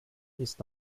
ist